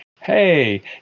hey